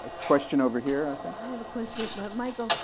ah question over here, i think. i have a question, michael,